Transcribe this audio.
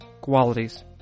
qualities